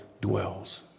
dwells